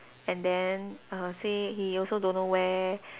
and then err say he also don't know where